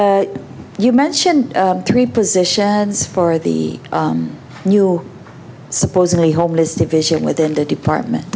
you you mentioned three positions for the new supposedly homeless division within the department